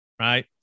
right